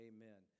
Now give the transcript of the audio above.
Amen